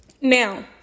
Now